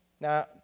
Now